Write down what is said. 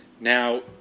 Now